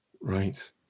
Right